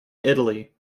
italy